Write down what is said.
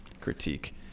critique